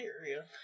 area